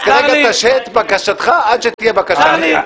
אז כרגע תשהה את בקשתך עד שתהיה בקשה אחרת.